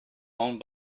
owned